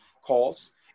calls